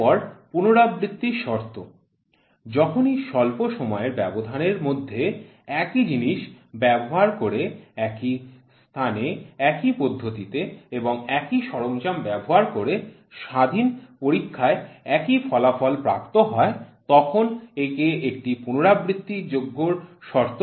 এরপর পুনরাবৃত্তির শর্ত যখনই স্বল্প সময়ের ব্যবধানের মধ্যে একই জিনিস ব্যবহার করে একই স্থানে একই পদ্ধতিতে এবং একই সরঞ্জাম ব্যবহার করে স্বাধীন পরীক্ষায় একই ফলাফল প্রাপ্ত হয় তখন একে একটি পুনরাবৃত্তিযোগ্যের শর্ত বলে